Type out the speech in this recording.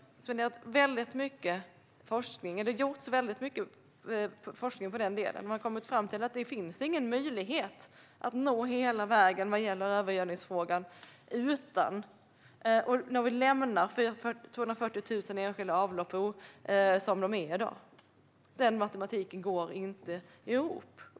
Det har forskats väldigt mycket på den delen. Och man har kommit fram till att det finns ingen möjlighet att nå hela vägen vad gäller övergödningsfrågan om vi lämnar 240 000 enskilda avlopp som de är i dag. Den matematiken går inte ihop.